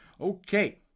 Okay